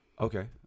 Okay